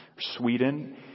Sweden